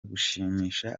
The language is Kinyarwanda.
gushimisha